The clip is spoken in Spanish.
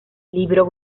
libro